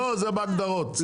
אסף, אסף, לא, זה בהגדרות.